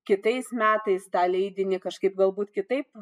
kitais metais tą leidinį kažkaip galbūt kitaip